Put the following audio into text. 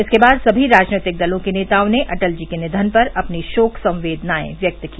इसके बाद सभी राजनैतिक दलों के नेताओं ने अटल जी के निघन पर अपनी शोक संवेदनाएं व्यक्त की